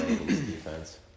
defense